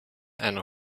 einer